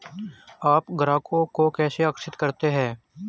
आप ग्राहकों को कैसे आकर्षित करते हैं?